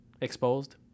exposed